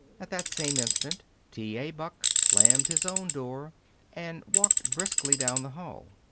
at that same instant, t. a. buck slammed his own door and walked briskly down the hall.